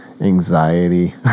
anxiety